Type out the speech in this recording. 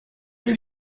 did